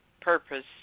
purpose